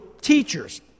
teachers